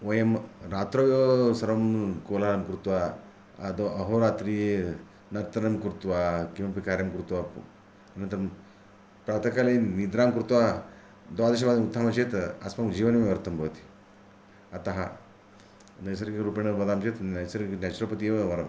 वयं रात्रौ एव सर्वं कोलाहलं कृत्वा अदौ अहोरात्रि नर्तनं कृत्वा किमपि कार्यं कृत्वा अनन्तरं प्रातःकाले निद्रां कृत्वा द्वादशवादने उत्तानं चेत् अस्माकं जीवनमेव व्यर्थं भवति अतः नैसर्गिकरूपेण वदामः चेत् नैसर्गिक न्याचुरोपति एव वरम्